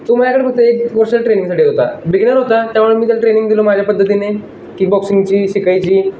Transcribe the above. तो माझ्याकडे फक्त एक वर्षाल ट्रेनिंगसाठी होता बिगिनर होता त्यामुळे मी त्याला ट्रेनिंग दिलं माझ्या पद्धतीने कीक बॉक्सिंगची शिकायची